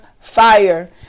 fire